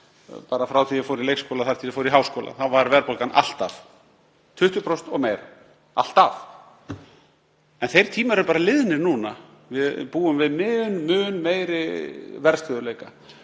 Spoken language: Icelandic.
Bara frá því að ég fór í leikskóla og þar til ég fór í háskólann var verðbólgan alltaf 20% og meira — alltaf. En þeir tímar eru liðnir núna. Við búum við mun meiri verðstöðugleika